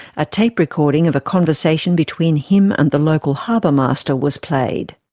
a tape recording of a conversation between him and the local harbour master was played.